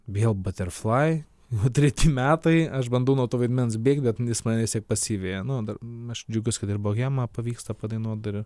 vėl baterflai jau treti metai aš bandau nuo to vaidmens bėgt bet jis mane pasiveja nu aš džiaugiuosi kad ir bohemą pavyksta padainuot dar